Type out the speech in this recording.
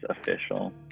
official